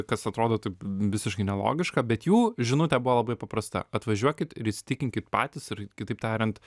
kas atrodo taip visiškai nelogiška bet jų žinutė buvo labai paprasta atvažiuokit ir įsitikinkit patys ir kitaip tariant